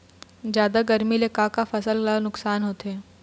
जादा गरमी ले का का फसल ला नुकसान होथे?